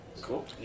Cool